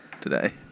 today